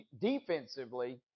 defensively